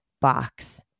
box